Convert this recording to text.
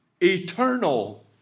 Eternal